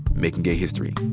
making gay history.